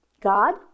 God